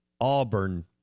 Auburn